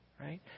right